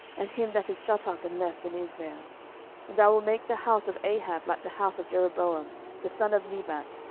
and him that is shut up and left in israel and i will make the house of ahab like the house of jeroboam the son of nebat,